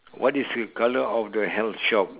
what is the colour of the health shop